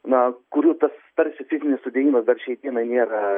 na kurių tas tarsi fizinis sudėjimas dar šiai dienai nėra